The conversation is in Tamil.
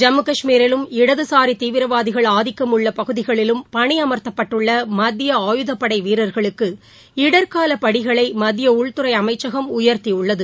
ஜம்மு காஷ்மீரிலும் இடதுசாரி தீவிரவாதிகள் ஆதிக்கம் உள்ள பகுதிகளிலும் பணி அமர்த்தப்பட்டுள்ள மத்திய ஆயுதப்படை வீரர்களுக்கு இடர்க்கால படிகளை மத்திய உள்துறை அமைச்சகம் உயர்த்தியுள்ளது